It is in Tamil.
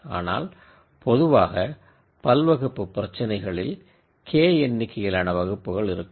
ஆனால்பொதுவாக மல்டி கிளாஸ் பிரச்சினைகளில் K எண்ணிக்கையிலான வகுப்புகள் இருக்கும்